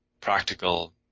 practical